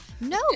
No